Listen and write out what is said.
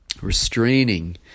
Restraining